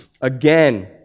Again